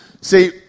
See